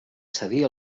cedir